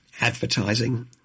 advertising